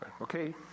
okay